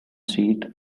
seat